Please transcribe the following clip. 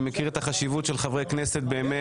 אני מכיר את החשיבות של חברי כנסת בימי